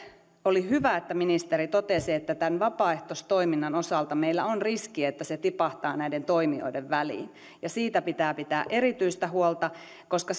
oli hyvä että ministeri totesi että vapaaehtoistoiminnan osalta meillä on riski että se tipahtaa näiden toimijoiden väliin siitä pitää pitää erityistä huolta koska